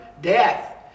death